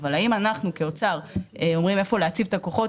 האם אנחנו כאוצר אומרים היכן להציב את הכוחות,